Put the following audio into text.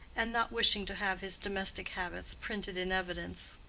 and not wishing to have his domestic habits printed in evidence.